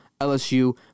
LSU